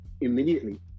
immediately